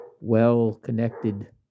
well-connected